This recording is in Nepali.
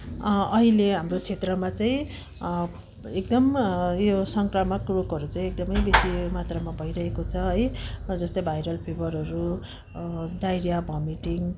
अहिले हाम्रो क्षेत्रमा चाहिँ एकदम उयो संक्रामक रोगहरू चाहिँ एकदमै बेसी मात्रामा भइरहेको छ है जस्तै भाइरल फिभरहरू डायरिया भमिटिङ